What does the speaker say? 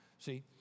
See